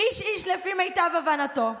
" איש-איש לפי מיטב הבנתו,